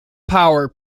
power